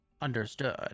understood